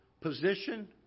position